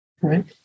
right